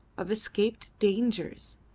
of escaped dangers,